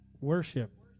Worship